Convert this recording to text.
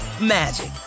magic